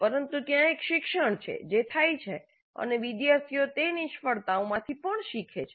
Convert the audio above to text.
પરંતુ ત્યાં એક શિક્ષણ છે જે થાય છે અને વિદ્યાર્થીઓ તે નિષ્ફળતાઓમાંથી પણ શીખે છે